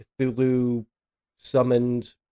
Cthulhu-summoned